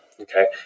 okay